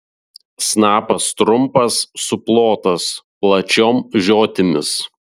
snapas trumpas suplotas plačiom žiotimis